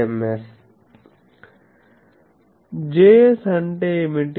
Js అంటే ఏమిటి